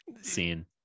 scene